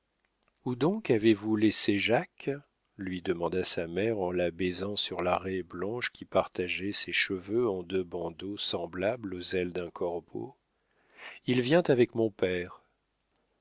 où donc avez-vous laissé jacques lui demanda sa mère en la baisant sur la raie blanche qui partageait ses cheveux en deux bandeaux semblables aux ailes d'un corbeau il vient avec mon père